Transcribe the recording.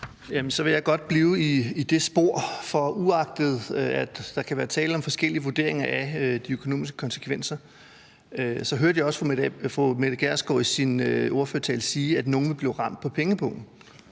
Så vil jeg godt blive i det spor, for uagtet at der kan være tale om forskellige vurderinger af de økonomiske konsekvenser, så hørte jeg også fru Mette Gjerskov i sin ordførertale sige, at nogle vil blive ramt på pengepungen.